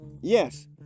Yes